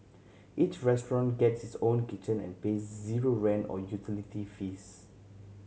each restaurant gets its own kitchen and pays zero rent or utility fees